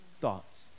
thoughts